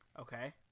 Okay